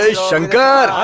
ah shankar!